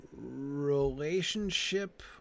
relationship